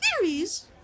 theories